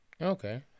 Okay